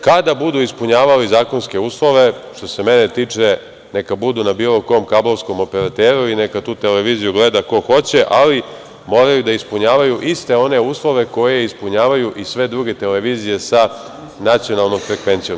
Kada budu ispunjavali zakonske uslove, što se mene tiče, neka budu na bilo kom kablovskom operateru i neka tu televiziju gleda ko hoće, ali moraju da ispunjavaju iste one uslove koje ispunjavaju i sve druge televizije sa nacionalnom frekvencijom.